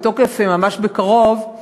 לתוקף ממש בקרוב,